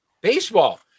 Baseball